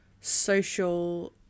social